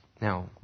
Now